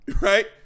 right